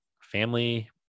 family